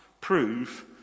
prove